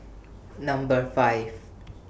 Number five